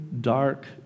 dark